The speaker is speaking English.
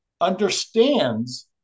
understands